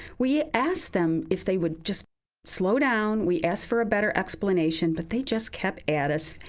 we asked them if they would just slow down. we asked for a better explanation, but they just kept at us.